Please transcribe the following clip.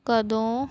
ਕਦੋਂ